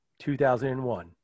2001